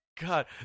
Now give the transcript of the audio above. God